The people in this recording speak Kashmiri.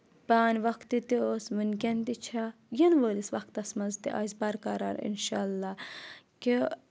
پانہٕ وقتہٕ تہِ ٲس وٕنکؠن تہِ چھےٚ یِنہٕ وٲلِس وَقتَس منٛز تہِ آسہِ بَرقَرار اِنشاء اللہ کہِ